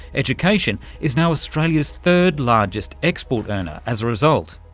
education is now australia's third largest export earner as a result.